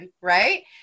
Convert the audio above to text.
right